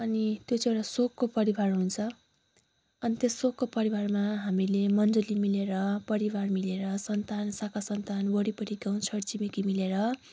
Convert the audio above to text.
अनि त्यो चाहिँ एउटा शोकको परिवार हुन्छ अनि त्यो शोकको परिवारमा हामीले मण्डली मिलेर परिवार मिलेर सन्तान साखा सन्तान वरिपरिको छर छिमेकी मिलेर